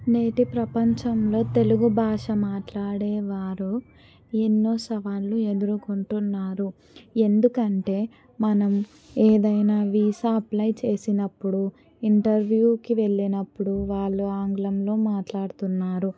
నేటి ప్రపంచంలో తెలుగు భాష మాట్లాడే వారు ఎన్నో సవాళ్ళు ఎదురుకొంటున్నారు ఎందుకంటే మనం ఏదైనా వీసా అప్లై చేసినప్పుడు ఇంటర్వ్యూకి వెళ్ళినప్పుడు వాళ్ళు ఆంగ్లంలో మాట్లాడుతున్నారు